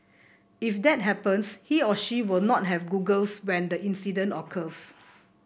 if that happens he or she will not have goggles when the incident occurs